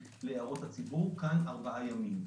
להערות הציבור ואילו כאן רק ארבעה ימים.